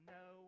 no